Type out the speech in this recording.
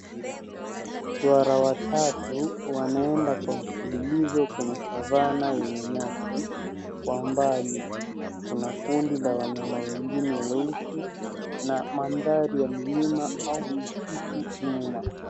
Swara watatu wanaenda kwa mfululizo kwenye savanna yenye nyasi, kwa mbali kuna kundi la wanyama wengine weusi na mandhari ya milima au msitu nyuma.